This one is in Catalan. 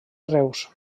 reus